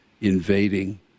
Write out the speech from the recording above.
invading